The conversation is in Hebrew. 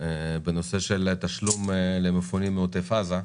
בנושא של תשלום למפונים מעוטף עזה.